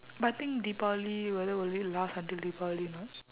but I think deepavali whether will it last until deepavali or not